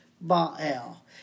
Baal